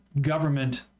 government